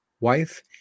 wife